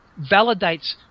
validates